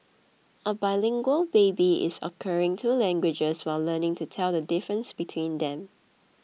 a bilingual baby is acquiring two languages while learning to tell the difference between them